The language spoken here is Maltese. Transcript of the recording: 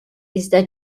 iżda